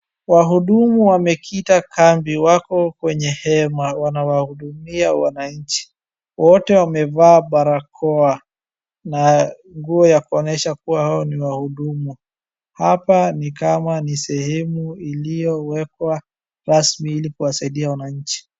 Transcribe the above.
Wahudumu wakita kambi, wako kwenye hema wanawahudumia wananchi. Wote wamevaa barakoa na nguo ya kuonyesha kuwa wao ni wahudumu. Hapa ni kama ni sehemu iliyowekwa rasmi ili kuwasaidia wananchi.